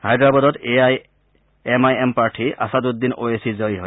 হায়দৰাবাদত A I M I M প্ৰাৰ্থী আছাদুদ্দিন অৱেইছি জয়ী হয়